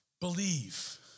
believe